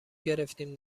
گرفتیم